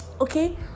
Okay